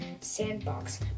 Sandbox